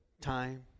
time